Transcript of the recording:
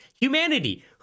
humanity